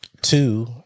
Two